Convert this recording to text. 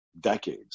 decades